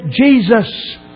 Jesus